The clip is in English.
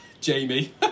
Jamie